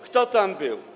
Kto tam był?